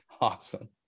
Awesome